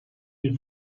bin